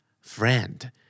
friend